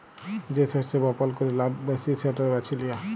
যে শস্য বপল ক্যরে লাভ ব্যাশি সেট বাছে লিয়া